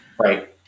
Right